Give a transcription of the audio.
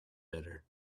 better